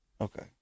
Okay